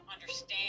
understand